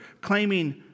claiming